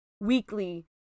weekly